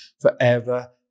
forever